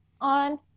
on